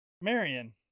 Marion